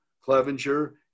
Clevenger